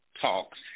talks